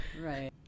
right